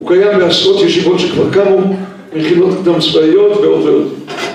הוא קיים בעשרות ישיבות שכבר קמו, מכינות קדם צבאיות ועוד ועוד